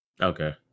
Okay